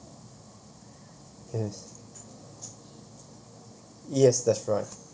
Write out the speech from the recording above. yes yes that's right